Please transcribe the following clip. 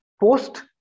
post